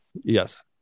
Yes